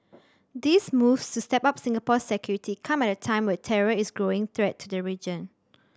these moves to step up Singapore's security come at a time when terror is a growing threat to the region